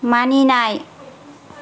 मानिनाय